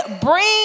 bring